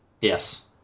Yes